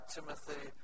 Timothy